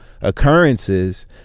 occurrences